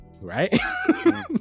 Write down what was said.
Right